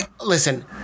Listen